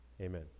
Amen